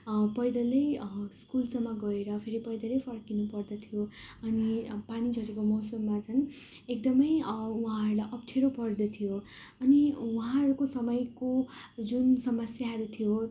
पैदलै स्कुलसम्म गएर फेरि पैदलै फर्किनु पर्दथ्यो अनि अब पानीझरीको मौसममा झन् एकदमै उहाँहरूलाई अप्ठ्यारो पर्दथ्यो अनि उहाँहरूको समयको जुन समस्याहरू थियो